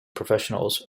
professionals